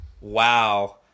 Wow